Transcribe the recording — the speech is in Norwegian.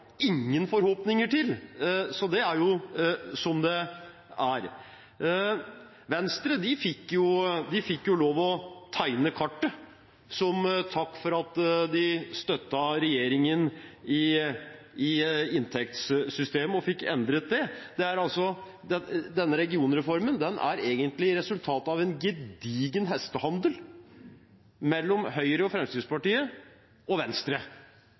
ingen forhåpninger til, det er som det er. Venstre fikk jo lov til å tegne kartet som takk for at de støttet regjeringen i inntektssystemet og fikk endret det. Denne regionreformen er egentlig resultatet av en gedigen hestehandel mellom Høyre og Fremskrittspartiet og Venstre,